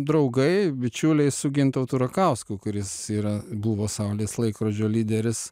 draugai bičiuliai su gintautu rakausku kuris yra buvo saulės laikrodžio lyderis